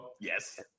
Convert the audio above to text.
yes